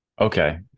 Okay